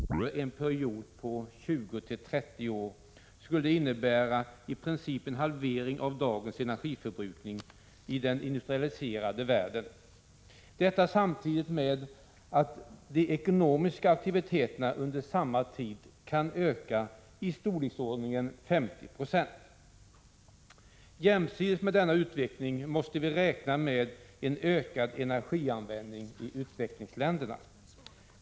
Fru talman! Det är viktigt att vi nalkas de stora och viktiga miljöoch energifrågorna med konstruktiv ödmjukhet och utan låsande prestige och förutfattade meningar. Jag tror att det finns en bred enighet om att en effektivare energianvändning har avgörande betydelse för hur vi skall klara framtidens stora miljöoch fördelningsproblem. Om i dag känd och bästa energiteknik kan göras till genomsnittlig teknik under en period av 20-30 år, så skulle det innebära i princip en halvering av dagens energiförbrukning i den industrialiserade världen. Detta samtidigt med att de ekonomiska aktiviteterna under samma tid kan öka i storleksordningen 50 96. Jämsides med denna utveckling måste vi räkna med en ökad energianvändning i utvecklingsländerna.